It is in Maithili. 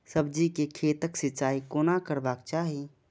सब्जी के खेतक सिंचाई कोना करबाक चाहि?